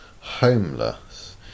homeless